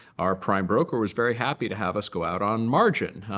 our prime broker was very happy to have us go out on margin.